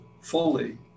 fully